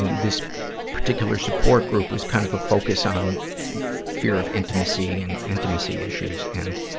this particular support group was kind of a focus on fear of intimacy and intimacy issues. and,